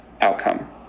outcome